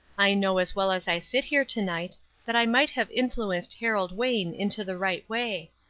i know as well as i sit here to-night that i might have influenced harold wayne into the right way.